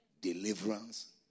deliverance